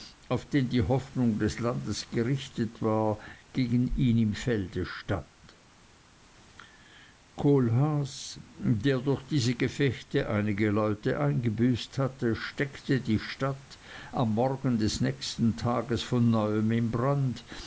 auf den die hoffnung des landes gerichtet war gegen ihm im felde stand kohlhaas der durch diese gefechte einige leute eingebüßt hatte steckte die stadt am morgen des nächsten tages von neuem in brand